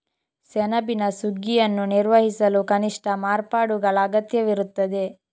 ಸೆಣಬಿನ ಸುಗ್ಗಿಯನ್ನು ನಿರ್ವಹಿಸಲು ಕನಿಷ್ಠ ಮಾರ್ಪಾಡುಗಳ ಅಗತ್ಯವಿರುತ್ತದೆ